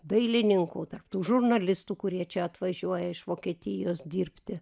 dailininkų tarp tų žurnalistų kurie čia atvažiuoja iš vokietijos dirbti